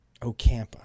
Ocampa